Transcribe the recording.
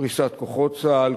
פריסת כוחות צה"ל,